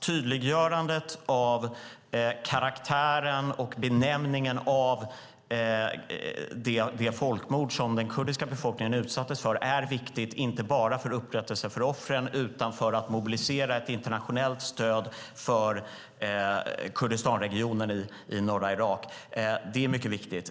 Tydliggörandet av karaktären och benämningen av det folkmord som den kurdiska befolkningen utsattes för är viktiga inte bara för upprättelse för offren utan för att mobilisera ett internationellt stöd för Kurdistanregionen i norra Irak. Det är mycket viktigt.